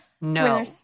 No